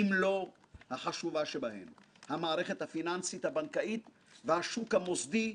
אם לא החשובה שבהן המערכת הפיננסית-הבנקאית והשוק המוסדי: